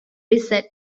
beset